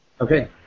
Okay